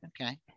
okay